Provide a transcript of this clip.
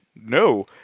No